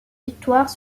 victoire